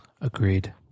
Agreed